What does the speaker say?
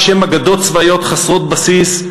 בשם אגדות צבאיות חסרות בסיס,